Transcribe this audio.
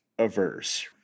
Averse